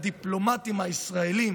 הדיפלומטים הישראלים